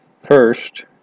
First